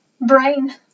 brain